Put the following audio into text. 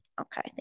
Okay